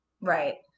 Right